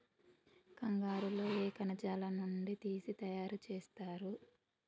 కంగారు లో ఏ కణజాలం నుండి తీసి తయారు చేస్తారు?